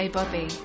Bobby